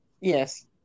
Yes